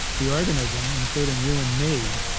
the organism, including you and me,